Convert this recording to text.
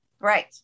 Right